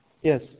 yes